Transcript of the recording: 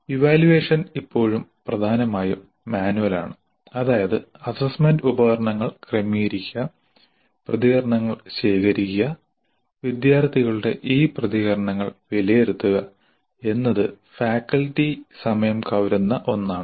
evaluation ഇപ്പോഴും പ്രധാനമായും മാനുവലാണ് അതായത് അസ്സസ്സ്മെന്റ് ഉപകരണങ്ങൾ ക്രമീകരിക്കുക പ്രതികരണങ്ങൾ ശേഖരിക്കുക വിദ്യാർത്ഥികളുടെ ഈ പ്രതികരണങ്ങൾ വിലയിരുത്തുക എന്നത് ഫാക്കൽറ്റി സമയം കവരുന്ന ഒന്നാണ്